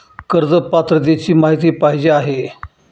कर्ज पात्रतेची माहिती पाहिजे आहे?